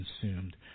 consumed